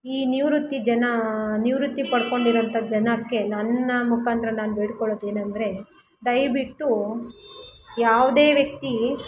ಈ ನಿವೃತ್ತಿ ಜನ ನಿವೃತ್ತಿ ಪಡ್ಕೊಂಡಿರೋವಂಥ ಜನಕ್ಕೆ ನನ್ನ ಮುಖಾಂತರ ನಾನು ಬೇಡಿಕೊಳ್ಳೋದೇನೆಂದರೆ ದಯವಿಟ್ಟು ಯಾವುದೇ ವ್ಯಕ್ತಿ